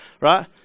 right